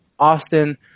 Austin